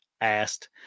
asked